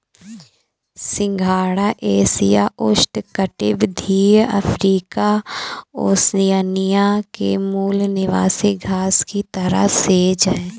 सिंघाड़ा एशिया, उष्णकटिबंधीय Africa, Oceania के मूल निवासी घास की तरह सेज है